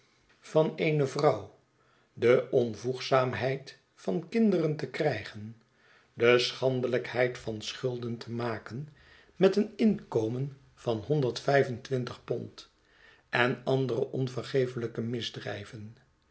van eene vrouw de onvoegzaamheid van kinderente krijgen de schandelijkheid van schulden te maken met een inkomen van honderd vijf en twintig pond en andere onvergeeflijke misdrijven